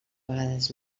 vegades